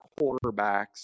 quarterbacks